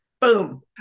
boom